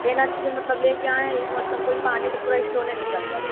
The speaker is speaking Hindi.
ये न कि मतलब ले कर आएँ एक मतलब कोई पहने तो पूरा स्टोने निकल जाए